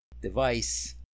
device